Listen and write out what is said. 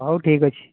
ହଉ ଠିକ୍ ଅଛି